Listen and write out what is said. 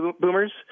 boomers